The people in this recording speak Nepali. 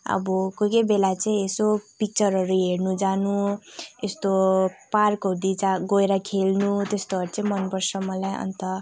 अब कोही कोहीबेला चाहिँ यसो पिक्चरहरू हेर्नु जानु यस्तो पार्क हुँदी गएर खेल्नु त्यस्तोहरू चाहिँ मनपर्छ मलाई अन्त